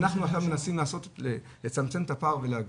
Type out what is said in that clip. אנחנו עכשיו מנסים לצמצם את הפער ולהגיע.